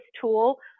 tool